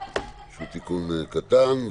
שזה תיקון קטן,